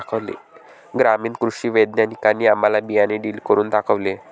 ग्रामीण कृषी वैज्ञानिकांनी आम्हाला बियाणे ड्रिल करून दाखवले